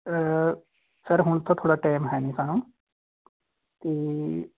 sir ਹੁਣ ਤਾਂ ਥੋੜ੍ਹਾ ਟੈਮ ਹੈ ਨਹੀਂ ਸਾਨੂੰ ਅਤੇ